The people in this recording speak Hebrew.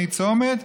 מצומת,